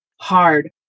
hard